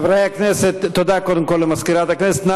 חברי הכנסת, תודה, קודם כול, למזכירת הכנסת.